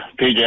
PJ